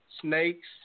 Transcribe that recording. snakes